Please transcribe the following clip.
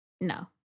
No